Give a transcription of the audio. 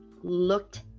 looked